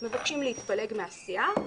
מבקשים להתפלג מהסיעה.